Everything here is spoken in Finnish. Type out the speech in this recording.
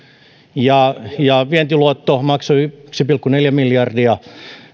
ja ja vientiluotto maksoi ennenaikaisesti yksi pilkku neljä miljardia